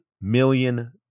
million